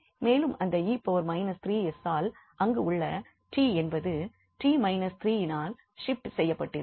மேலும் அந்த 𝑒−3𝑠 ஆல் அங்கு உள்ள 𝑡 என்பது 𝑡 − 3இனால் ஷிப்ட் செய்யப்பட்டிருக்கும்